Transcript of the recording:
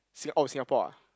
sing oh Singapore ah